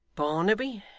barnaby,